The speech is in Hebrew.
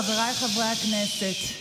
חבריי חברי הכנסת,